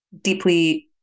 deeply